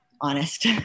honest